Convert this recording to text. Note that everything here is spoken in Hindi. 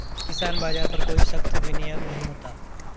किसान बाज़ार पर कोई सख्त विनियम नहीं होता